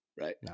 right